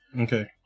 Okay